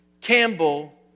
Campbell